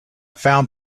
found